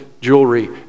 jewelry